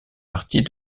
parties